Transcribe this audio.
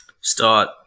Start